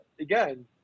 again